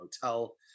hotel